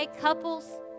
couples